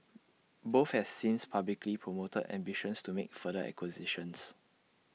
both have since publicly promoted ambitions to make further acquisitions